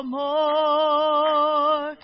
more